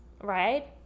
right